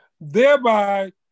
thereby